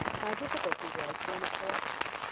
my difficulty was one of collection.